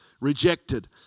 rejected